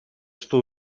что